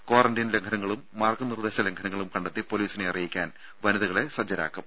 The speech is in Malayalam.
ക്വാറന്റീൻ ലംഘനങ്ങളും മാർഗ നിർദ്ദേശ ലംഘനങ്ങളും കണ്ടെത്തി പൊലീസിനെ അറിയിക്കാൻ വനിതകളെ സജ്ജമാക്കും